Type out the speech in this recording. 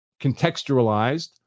contextualized